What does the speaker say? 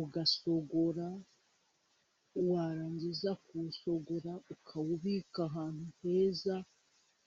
ugashogora, warangiza kuwushogora ukawubika ahantu heza.